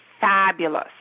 fabulous